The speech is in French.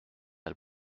mal